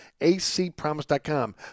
acpromise.com